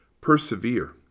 persevere